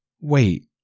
Wait